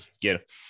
get